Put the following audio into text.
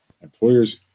Employers